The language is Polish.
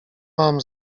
wam